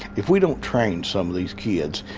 if we don't train some of these kids,